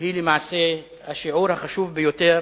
היא למעשה השיעור החשוב ביותר